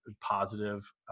positive